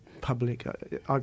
public